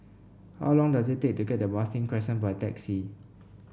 how long does it take to get to Marsiling Crescent by taxi